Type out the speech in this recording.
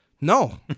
No